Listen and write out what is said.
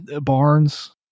Barnes